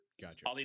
Gotcha